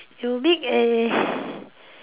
you make a